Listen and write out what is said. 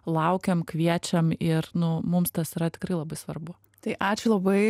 laukiam kviečiam ir nu mums tas yra tikrai labai svarbu tai ačiū labai